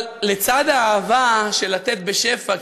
אבל לצד האהבה לתת בשפע,